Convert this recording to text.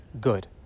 good